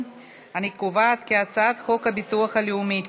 אני קובעת כי הצעת חוק הביטוח הלאומי (תיקון,